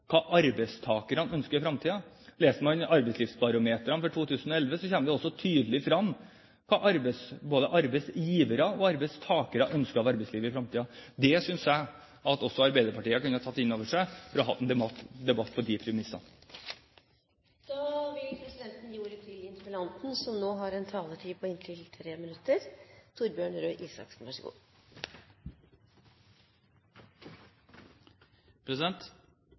hva arbeidstakerne ønsker i fremtiden. Leser man arbeidslivsbarometrene for 2011, kommer det også tydelig frem hva både arbeidsgivere og arbeidstakere ønsker av arbeidslivet i fremtiden. Det synes jeg at også Arbeiderpartiet kunne ha tatt inn over seg, og at vi kunne hatt en debatt på de premissene. Jeg vil